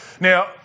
Now